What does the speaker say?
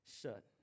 shut